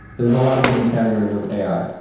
there's a lot of different categories of ai.